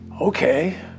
okay